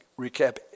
recap